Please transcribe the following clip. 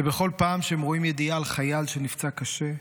שבכל פעם שהם רואים ידיעה על חייל שנפצע קשה,